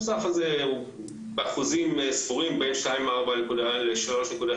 הסף הזה הוא באחוזים ספורים בין 2.4% ל-3.2%.